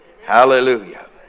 Hallelujah